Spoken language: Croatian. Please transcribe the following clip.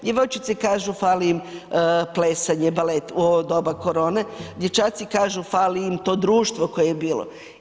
Djevojčice kažu fali im plesanje, balet u doba korone, dječaci kažu fali im to društvo koje je bilo.